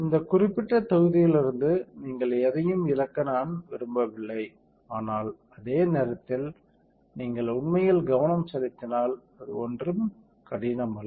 இந்த குறிப்பிட்ட தொகுதியிலிருந்து நீங்கள் எதையும் இழக்க நான் விரும்பவில்லை ஆனால் அதே நேரத்தில் நீங்கள் உண்மையில் கவனம் செலுத்தினால் அது ஒன்றும் கடினம் அல்ல